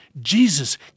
jesus